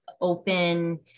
open